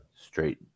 straight